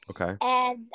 Okay